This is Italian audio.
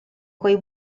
coi